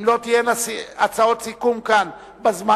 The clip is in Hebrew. אם לא תהיינה הצעות סיכום כאן בזמן,